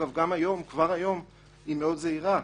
כבר היום היא זהירה.